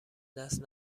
دست